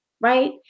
right